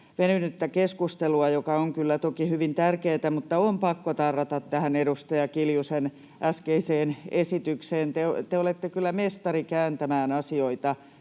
venynyttä keskustelua, joka on kyllä toki hyvin tärkeää, mutta on pakko tarrata tähän edustaja Kiljusen äskeiseen esitykseen. Te olette kyllä mestari kääntämään asioista